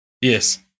Yes